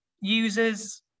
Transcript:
users